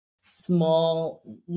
small